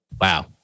wow